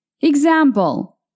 Example